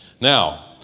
Now